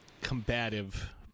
combative